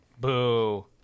Boo